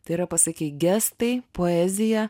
tai yra pasakei gestai poezija